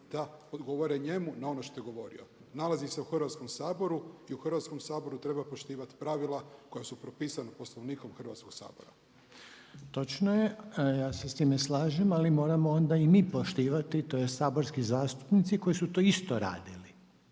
da odgovore njemu na ono što je govorio. Nalazi se u Hrvatskom saboru i u Hrvatskom saboru treba poštivati pravila koja su propisana Poslovnikom Hrvatskoga sabora. **Reiner, Željko (HDZ)** Točno je, ja se sa time slažem ali moramo onda i mi poštivati tj. saborski zastupnici koji su to isto radili.